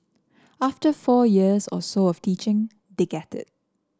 after four years or so of teaching they get it